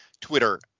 Twitter